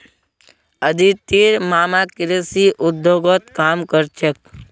अदितिर मामा कृषि उद्योगत काम कर छेक